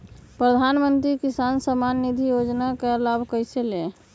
प्रधानमंत्री किसान समान निधि योजना का लाभ कैसे ले?